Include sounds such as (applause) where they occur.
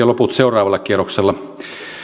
(unintelligible) loput seuraavalla kierroksella